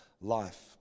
life